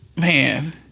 Man